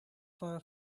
far